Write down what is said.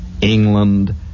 England